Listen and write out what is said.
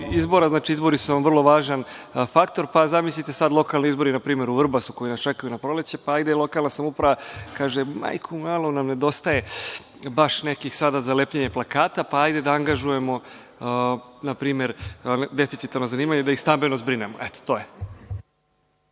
izbora. Znači, izbori su vrlo važan faktor, pa zamislite sada lokalni izbori, na primer, u Vrbasu, koji nas čekaju na proleće, pa hajde lokalna samouprava kaže - majku mu, malo nam nedostaje baš nekih sada za lepljenje plakata, pa hajde da angažujemo, na primer, deficitarna zanimanja, da ih stambeno zbrinemo. Eto, to je.